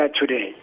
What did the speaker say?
today